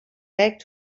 back